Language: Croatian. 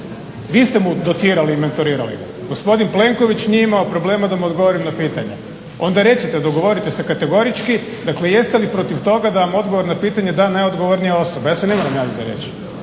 vi ste mu docirali i mentorirali, gospodin Plenković nije imao problema da mu odgovorim na pitanje, onda recite dogovorite se kategorički dakle jeste li protiv toga da vam odgovor na pitanje da najodgovornija osoba. Ja se ne moram javiti za riječ,